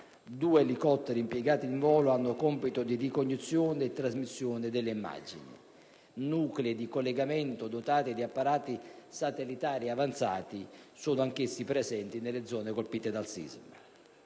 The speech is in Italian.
2 elicotteri impiegati in volo con compiti di ricognizione e trasmissione delle immagini; inoltre, nuclei di collegamento dotati di apparati satellitari avanzati sono anche essi presenti nelle zone colpite dal sisma.